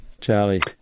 Charlie